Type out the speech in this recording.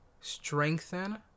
strengthen